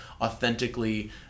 authentically